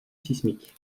sismique